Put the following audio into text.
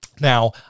Now